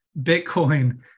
Bitcoin